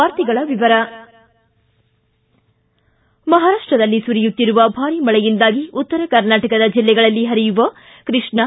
ವಾರ್ತೆಗಳ ವಿವರ ಮಹಾರಾಷ್ಟದಲ್ಲಿ ಸುರಿಯುತ್ತಿರುವ ಭಾರಿ ಮಳೆಯಿಂದಾಗಿ ಉತ್ತರಕರ್ನಾಟಕದ ಜಿಲ್ಲೆಗಳಲ್ಲಿ ಪರಿಯುವ ಕೃಷ್ಣಾ